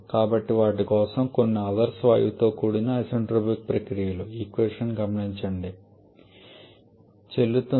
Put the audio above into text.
కాబట్టి వాటి కోసం కొన్ని ఆదర్శ వాయువుతో కూడిన ఐసెన్ట్రోపిక్ ప్రక్రియలు చెల్లుతుంది